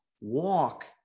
walk